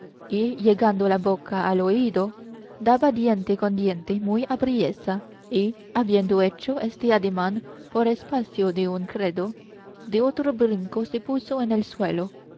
y llegando la boca al oído daba diente con diente muy apriesa y habiendo hecho este ademán por espacio de un credo de otro brinco se puso en el suelo y